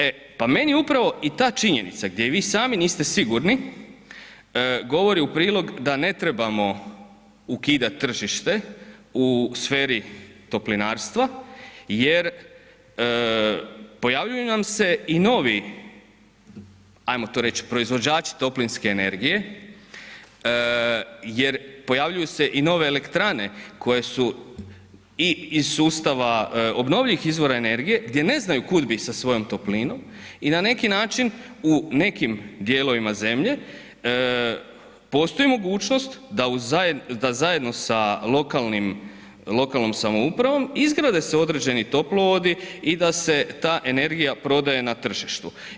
E pa meni upravo i ta činjenica gdje vi sami niste sigurni govori u prilog da ne trebamo ukidat tržište u sferi toplinarstva jer pojavljuju nam se i novi ajmo to reći, proizvođači toplinske energije jer pojavljuju se i nove elektrane koje su i iz sustava obnovljivih izvora energije gdje ne znaju kud bi sa svojom toplinom i na neki način, u nekim dijelovima zemlje, postoji mogućnost da zajedno sa lokalnom samoupravom izgrade se određeni toplovodi i da se ta energija prodaje na tržištu.